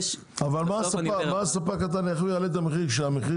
אבל איך הספק הקטן יעלה את המחיר כשהמחיר